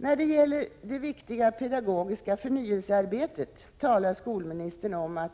När det gäller det viktiga pedagogiska förnyelsearbetet talar skolministern om att